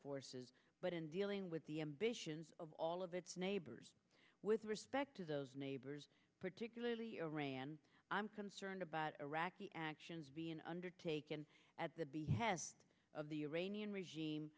forces but in dealing with the ambitions of all of its neighbors with respect to those neighbors particularly array and i'm concerned about iraqi actions being undertaken at the behest of the iranian regime